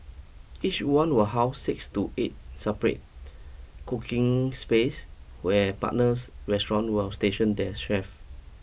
each one will house six to eight separate cooking space where partners restaurant will station their chef